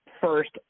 first